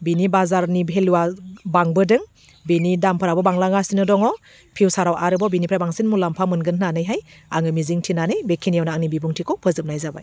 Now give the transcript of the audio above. बेनि बाजारनि भेलुवा बांबोदों बेनि दामफोराबो बांलांगासिनो दङ फिउसाराव आरोबाव बेनिफ्राय बांसिन मुलाम्फा मोनगोन होन्नानैहाय आङो मिजिंथिनानै बेखिनियावनो आंनि बिबुंथिखौ फोजोबनाय जाबाय